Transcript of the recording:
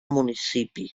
municipi